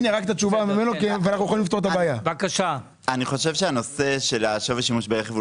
אני חושב שהנושא של השווי שימוש ברכב הוא